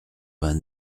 vingt